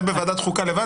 זה בוועדת חוקה לבד,